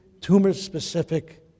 tumor-specific